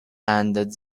and